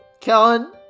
Kellen